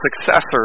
successor